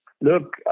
Look